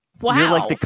wow